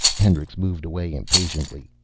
hendricks moved away impatiently.